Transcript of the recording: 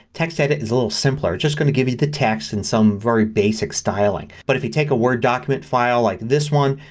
textedit is a little simpler. it's just going to give you the text and some very basic styling. but if you take a word document file like this one,